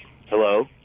Hello